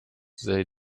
they